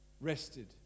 rested